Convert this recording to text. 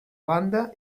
banda